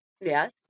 Yes